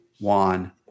Juan